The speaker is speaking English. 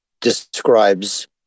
describes